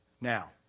now